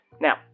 Now